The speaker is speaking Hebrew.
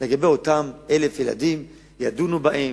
לגבי אותם 1,000 ילדים: ידונו בהם,